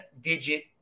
digit